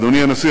אדוני הנשיא,